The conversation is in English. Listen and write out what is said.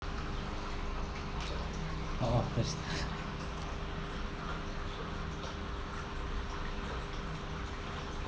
oh that's